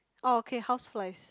oh okay houseflies